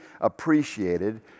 appreciated